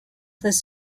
this